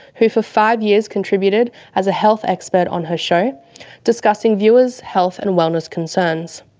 who for five years contributed as a health expert on her show discussing viewers health and wellness concerns.